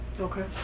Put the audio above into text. Okay